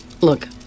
Look